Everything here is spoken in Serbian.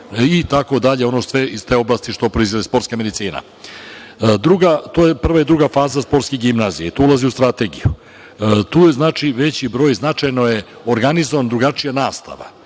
poziv i ono sve iz te oblasti što proizilazi, sportska medicina. To je prva i druga faza sportskih gimnazija, i to ulazi u strategiju. Tu je veći broj, značajno je organizovana drugačija nastava.